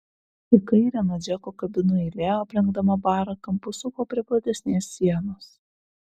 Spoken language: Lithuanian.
į kairę nuo džeko kabinų eilė aplenkdama barą kampu suko prie platesnės sienos